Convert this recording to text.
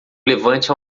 levante